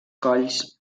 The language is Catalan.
colls